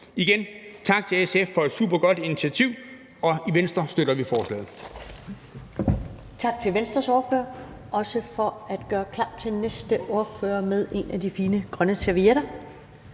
Igen tak til SF for et supergodt initiativ. I Venstre støtter vi forslaget.